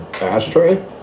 ashtray